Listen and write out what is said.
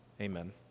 amen